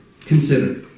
Consider